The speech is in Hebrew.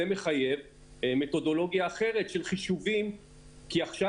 זה מחייב מתודולוגיה אחרת של חישובים כי עכשיו